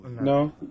No